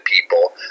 people